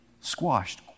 squashed